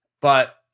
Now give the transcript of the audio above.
But-